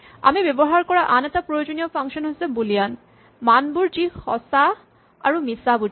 আমি ব্যৱহাৰ কৰা আন এটা প্ৰয়োজনীয় ফাংচন হৈছে বুলিয়ান মানসমূহ যি সঁচা আৰু মিছা বুজায়